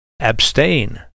Abstain